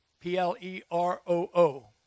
P-L-E-R-O-O